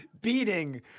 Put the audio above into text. beating